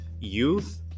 Youth